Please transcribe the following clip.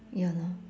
ya lor